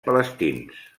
palestins